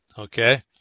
Okay